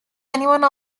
anyone